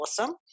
awesome